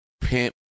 Pimp